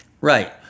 Right